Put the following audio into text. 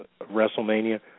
WrestleMania